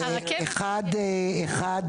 ראשית,